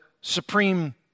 supreme